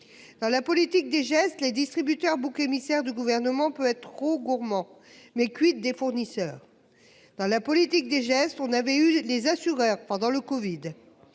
Dans la politique des gestes les distributeurs bouc émissaire du gouvernement peut être trop gourmand. Mais quid des fournisseurs. Dans la politique des gestes, on avait eu les assureurs pendant le Covid.